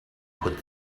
put